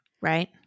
right